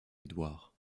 édouard